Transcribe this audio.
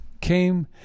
came